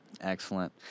Excellent